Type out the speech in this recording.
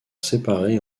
séparées